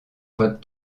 votre